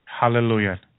Hallelujah